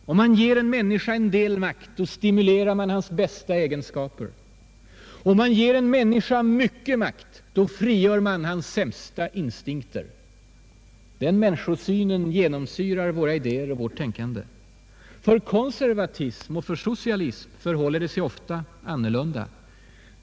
Om man ger en människa en del makt stimulerar man hans bästa egenskaper. Om man ger en människa mycket makt frigör man hans sämsta instinkter. Den människosynen genomsyrar våra idéer och vårt tänkande. För konservatism och socialism förhåller det sig ofta annorlunda.